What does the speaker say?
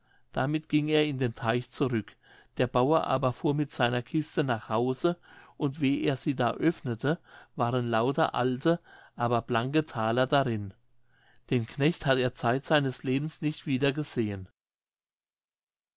damit ging er in den teich zurück der bauer aber fuhr mit seiner kiste nach hause und wie er sie da öffnete waren lauter alte aber blanke thaler darin den knecht hat er zeit seines lebens nicht wieder gesehen